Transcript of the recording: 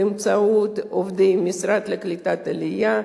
באמצעות עובדי המשרד לקליטת עלייה,